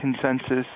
consensus